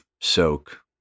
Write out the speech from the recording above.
soak